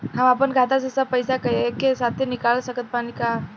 हम आपन खाता से सब पैसा एके साथे निकाल सकत बानी की ना?